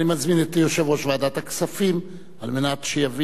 אני מזמין את יושב-ראש ועדת הכספים על מנת שיביא